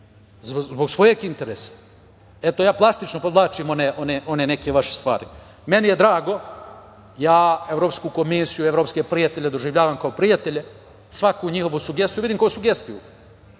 zbog svojeg interesa. Eto, ja plastično podvlačim one neke vaše stvari. Evropsku komisiju, evropske prijatelje doživljavam kao prijatelje. Svaku njihovu sugestiju vidim kao sugestiju